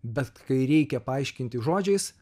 bet kai reikia paaiškinti žodžiais